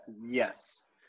yes